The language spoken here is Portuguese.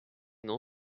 não